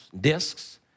discs